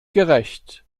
gerecht